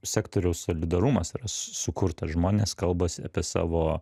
sektoriaus solidarumas yra sukurtas žmonės kalbasi apie savo